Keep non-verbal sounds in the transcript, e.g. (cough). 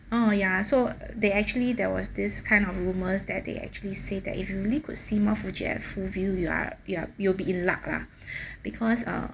oh ya so they actually there was this kind of rumors that they actually say that if you really could see mount fuji at full view you are you are you'll be in luck lah (breath) because uh